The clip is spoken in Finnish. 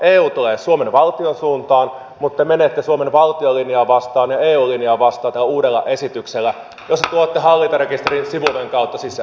eu tulee suomen valtion suuntaan mutta te menette suomen valtion linjaa vastaan ja eun linjaa vastaan tällä uudella esityksellä jossa tuotte hallintarekisterin sivuoven kautta sisään